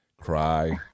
cry